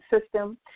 system